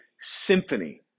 symphony